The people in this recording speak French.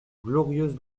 glorieuse